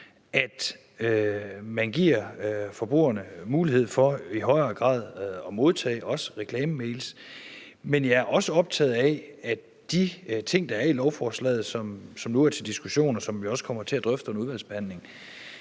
at man også giver forbrugerne en mulighed for i højere grad at modtage reklamemails, men jeg er også optaget af de ting, der er i lovforslaget, som nu er til diskussion, og som vi også kommer til at drøfte under udvalgsbehandlingen,